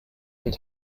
and